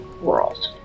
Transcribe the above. world